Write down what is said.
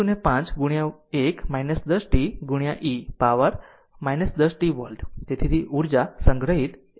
05 1 10 t e power 10 t volt તેથી સંગ્રહિત ઉર્જા અડધી Li 2 છે